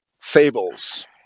fables